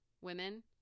Women